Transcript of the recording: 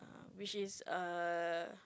which is err